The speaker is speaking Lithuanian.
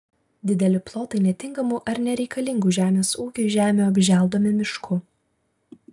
dideli plotai netinkamų ar nereikalingų žemės ūkiui žemių apželdomi mišku